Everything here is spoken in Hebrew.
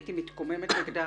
הייתי מתקוממת נגדה